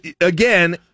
again